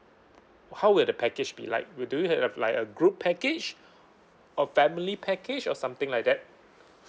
how would the package be like do you have a like a group package of family package or something like that